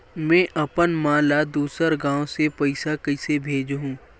में अपन मा ला दुसर गांव से पईसा कइसे भेजहु?